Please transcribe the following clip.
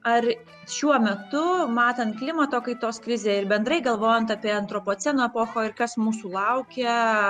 ar šiuo metu matant klimato kaitos krizę ir bendrai galvojant apie antropoceno epochą ir kas mūsų laukia